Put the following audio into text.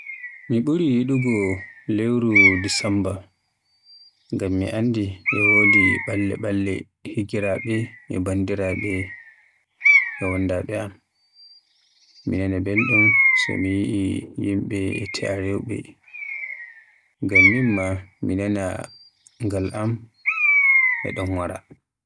Mi ɓuri yiɗugo lewru Desembar ngam mi anndi e wodi ɓalle-ɓalle higiraaɓe e bandiraaɓe e wondaabe am. Mi nana belɗum so mi yi'i yimɓe e te'a rewɓe. Ngam minma mi naana ngal am e don wara.